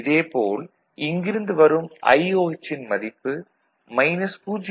இதே போல் இங்கிருந்து வரும் IOH ன் மதிப்பு மைனஸ் 0